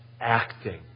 acting